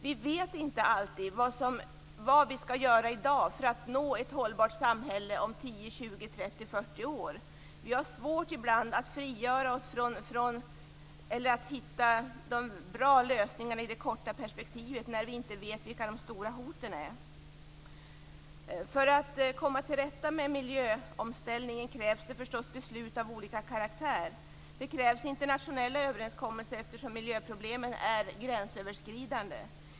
Vi vet inte alltid vad vi skall göra i dag för att nå ett hållbart samhälle om 10-40 år. Vi har ibland svårt att hitta de bra lösningarna i det korta perspektivet när vi inte vet vilka de stora hoten är. För att komma till rätta med miljöomställningen krävs beslut av olika karaktär. Det krävs internationella överenskommelser eftersom miljöproblemen är gränsöverskridande.